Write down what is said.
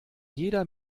jeder